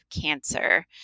cancer